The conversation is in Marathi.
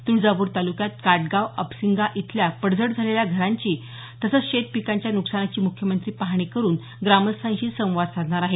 तुळजापूर तालुक्यात काटगाव अपसिंगा इथल्या पडझड झालेल्या घरांची तसंच शेतपिकांच्या नुकसानाची मुख्यमंत्री पाहणी करूप ग्रामस्थांशी संवाद साधणार आहेत